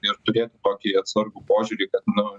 ir turėti tokį atsargų požiūrį kad nu